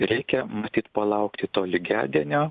reikia matyt palaukti to lygiadienio